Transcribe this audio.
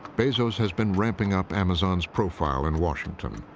bezos has been ramping up amazon's profile in washington.